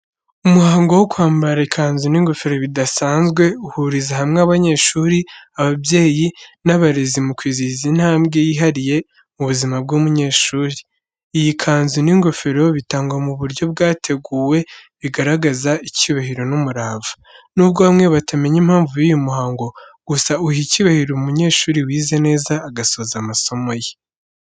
Umuhango wo kwambara ikanzu n’ingofero bidasanzwe, uhuriza hamwe abanyeshuri, ababyeyi n’abarezi mu kwizihiza intambwe yihariye mu buzima bw’umunyeshuri. Iyi kanzu n’ingofero bitangwa mu buryo bwateguwe, bigaragaza icyubahiro n’umurava. Nubwo bamwe batamenya impamvu y’uyu muhango, gusa uha icyubahiro umunyeshuri wize neza agasoza amasomo ye.